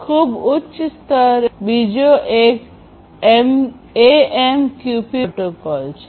ખૂબ ઉચ્ચ સ્તરે બીજો એક એએમક્યુપી પ્રોટોકોલ છે